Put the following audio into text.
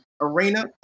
arena